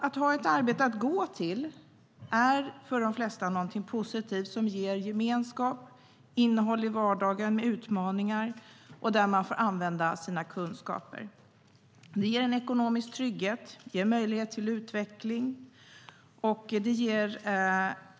Att ha ett arbete att gå till är för de flesta någonting positivt som ger gemenskap och innehåll i vardagen med utmaningar, och man får använda sina kunskaper. Det ger en ekonomisk trygghet, och det ger möjlighet till utveckling.